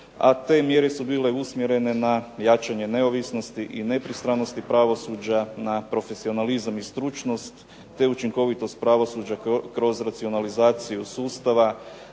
a te mjere su bile usmjerene na jačanje neovisnosti i nepristranosti pravosuđa, na profesionalizam i stručnost, te učinkovitost pravosuđa kroz racionalizaciju sustava,